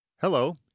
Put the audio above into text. Hello